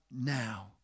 now